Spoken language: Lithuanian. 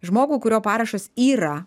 žmogų kurio parašas yra